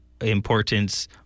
importance